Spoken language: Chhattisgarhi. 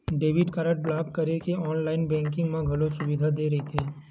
डेबिट कारड ब्लॉक करे के ऑनलाईन बेंकिंग म घलो सुबिधा दे रहिथे